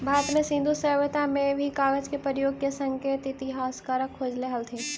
भारत में सिन्धु सभ्यता में भी कागज के प्रयोग के संकेत इतिहासकार खोजले हथिन